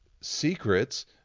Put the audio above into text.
secrets